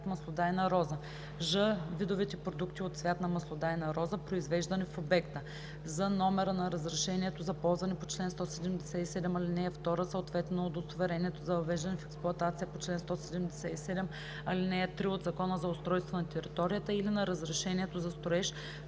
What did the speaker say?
маслодайна роза; ж) видовете продукти от цвят на маслодайна роза, произвеждани в обекта; з) номера на разрешението за ползване по чл. 177, ал. 2, съответно на удостоверението за въвеждане в експлоатация по чл. 177, ал. 3 от Закона за устройство на територията, или на разрешението за строеж